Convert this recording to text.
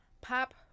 Pop